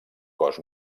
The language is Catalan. cos